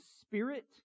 spirit